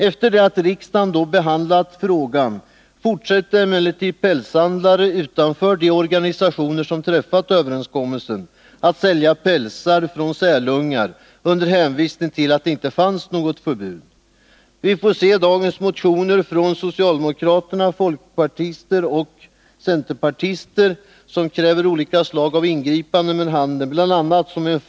Efter det att riksdagen behandlat frågan fortsatte emellertid pälshandlare utanför de organisationer som träffat överenskommelsen att sälja pälsar från sälungar under hänvis ning till att det inte fanns något förbud. Vi får se dagens motioner från Nr 37 socialdemokraterna, folkpartiet och centerpartiet, i vilka krävs olika slag av Torsdagen den ingripanden mot handeln, som en följd bl.a. av detta.